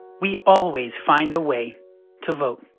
we always find a way to vote.